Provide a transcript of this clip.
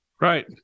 Right